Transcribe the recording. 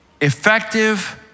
effective